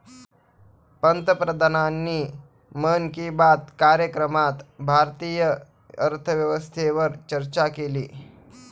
पंतप्रधानांनी मन की बात कार्यक्रमात भारतीय अर्थव्यवस्थेवर चर्चा केली